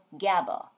GABA